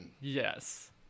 Yes